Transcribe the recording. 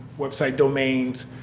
worksite domains,